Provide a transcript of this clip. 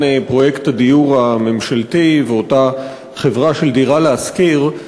פרויקט הדיור הממשלתי ואותה חברה של "דירה להשכיר",